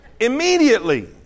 Immediately